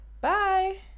bye